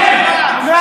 אתה שקרן.